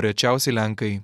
rečiausiai lenkai